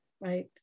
right